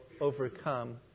overcome